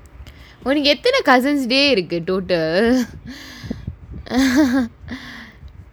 what do you get dinner cousins day to go do the